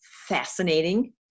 fascinating